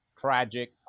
tragic